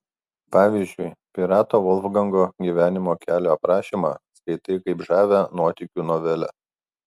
pavyzdžiui pirato volfgango gyvenimo kelio aprašymą skaitai kaip žavią nuotykių novelę